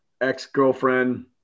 ex-girlfriend